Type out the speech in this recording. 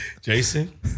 Jason